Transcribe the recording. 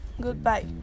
goodbye